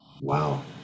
wow